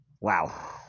Wow